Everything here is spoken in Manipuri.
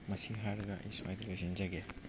ꯃꯁꯤ ꯍꯥꯏꯔꯒ ꯑꯩ ꯁ꯭ꯋꯥꯏꯗ ꯂꯣꯏꯁꯤꯟꯖꯒꯦ